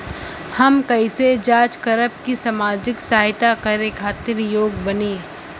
हम कइसे जांच करब की सामाजिक सहायता करे खातिर योग्य बानी?